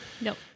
Nope